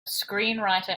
screenwriter